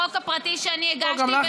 החוק הפרטי שאני הגשתי,